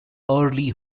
early